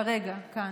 כרגע, כאן.